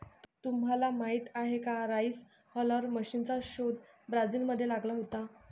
तुम्हाला माहीत आहे का राइस हलर मशीनचा शोध ब्राझील मध्ये लागला होता